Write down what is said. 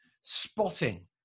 spotting